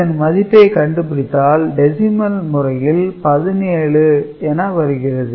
இதன் மதிப்பை கண்டுப்பிடித்தால் டெசிமல் முறையில் 17 என வருகிறது